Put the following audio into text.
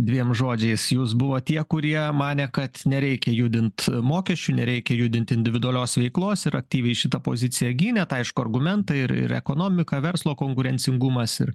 dviem žodžiais jūs buvot tie kurie manė kad nereikia judint mokesčių nereikia judint individualios veiklos ir aktyviai šitą poziciją gynėt aišku argumentai ir ir ekonomiką verslo konkurencingumas ir